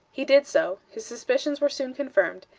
he did so his suspicions were soon confirmed,